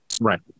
Right